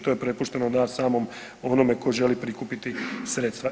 To je prepušteno na samom onome tko želi prikupiti sredstva.